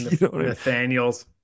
Nathaniel's